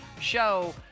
show